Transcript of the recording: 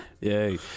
yay